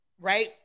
right